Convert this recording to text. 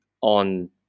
on